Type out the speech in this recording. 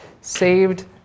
saved